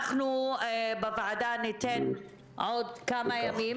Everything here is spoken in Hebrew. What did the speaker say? אנחנו בוועדה ניתן עוד כמה ימים,